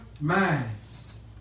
minds